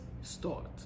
start